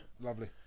lovely